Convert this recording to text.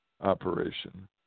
operation